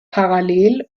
parallel